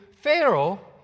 Pharaoh